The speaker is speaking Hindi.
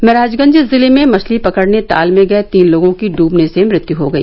महराजगंज जिले में मछली पकड़ने ताल में गए तीन लोगों की डूबने से मृत्यु हो गई